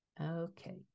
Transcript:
Okay